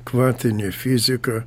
kvantinė fizika